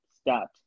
start